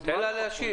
תן לה להשיב.